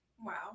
Wow